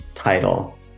title